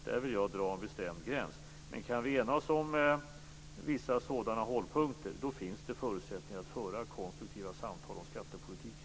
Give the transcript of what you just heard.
Där vill jag dra en bestämd gräns. Kan vi enas om vissa sådana hållpunkter finns det förutsättningar att föra konstruktiva samtal om skattepolitiken.